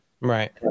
Right